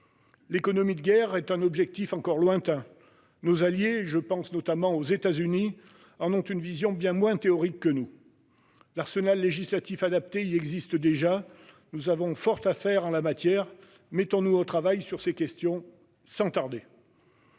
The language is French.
L'économie de guerre est un objectif encore lointain. Nos alliés- je pense notamment aux États-Unis -en ont une vision bien moins théorique que nous. L'arsenal législatif adapté y existe déjà. Nous avons fort à faire en la matière, mettons-nous au travail sur ces questions sans tarder.